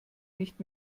nicht